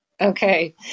Okay